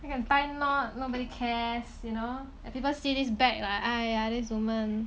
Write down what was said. you can tie knot nobody cares you know if people see this bag like !aiya! this woman